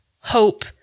hope